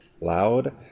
loud